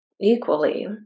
Equally